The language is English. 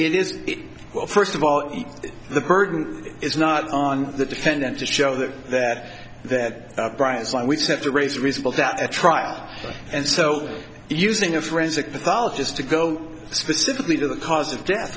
is it well first of all the burden is not on the defendant to show that that that brian is lying we have to raise reasonable doubt to trial and so using a forensic pathologist to go specifically to the cause of death